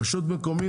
רשות מקומית,